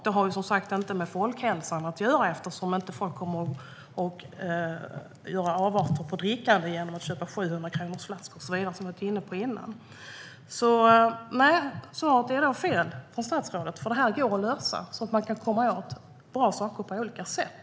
Det har som sagt inte med folkhälsan att göra, eftersom det inte kommer att bli avarter av drickandet genom att folk kommer att köpa 700-kronorsflaskor och så vidare, som vi har varit inne på tidigare. Nej, svaret är då fel från statsrådet, för detta går att lösa. Man kan komma fram till bra saker på olika sätt.